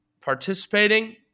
participating